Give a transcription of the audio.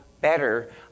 better